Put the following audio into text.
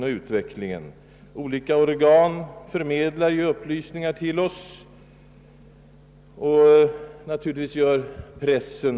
Genom pressen och på andra vägar förmedlas ju upplysningar till oss.